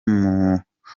mukobwa